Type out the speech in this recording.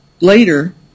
later